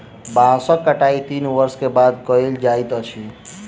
बांसक कटाई तीन वर्ष के बाद कयल जाइत अछि